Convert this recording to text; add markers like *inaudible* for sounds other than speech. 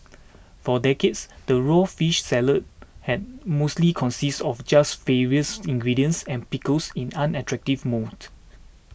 for decades the raw fish salad had mostly consisted of just *unintelligible* ingredients and pickles in unattractive mounds